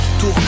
Tour